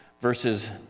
verses